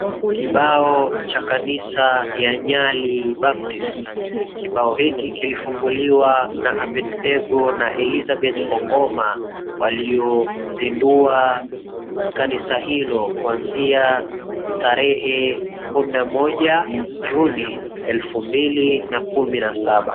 Kibao cha kanisa ya Nyali Baptist. Kibao hiki kilifunguliwa na Abednego na Elizabeth Ongoma, waliozindua kanisa hilo kuanzia tarehe kumi na moja, Juni elfu mbili na kumi na saba.